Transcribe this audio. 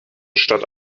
statt